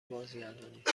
بازگردانید